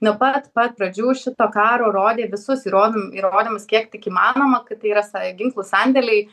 nuo pat pat pradžių šito karo rodė visus įrodym įrodymus kiek tik įmanoma kad tai yra sa ginklų sandėliai